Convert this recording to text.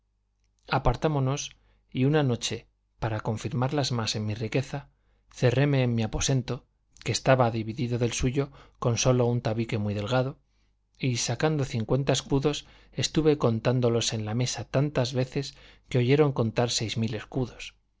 apartámonos y una noche para confirmarlas más en mi riqueza cerréme en mi aposento que estaba dividido del suyo con sólo un tabique muy delgado y sacando cincuenta escudos estuve contándolos en la mesa tantas veces que oyeron contar seis mil escudos